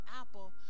apple